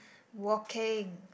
walking